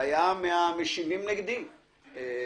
הוא היה מהמשיבים נגדי בזמנו.